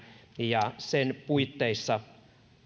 ja sen puitteissa